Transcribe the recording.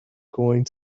going